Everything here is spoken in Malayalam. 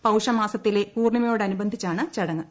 പൌഷ മാസ ത്തിലെ പൂർണിമയോടനുബന്ധിച്ചാണ് ചടങ്ങ്